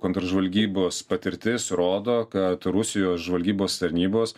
kontržvalgybos patirtis rodo kad rusijos žvalgybos tarnybos